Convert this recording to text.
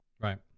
Right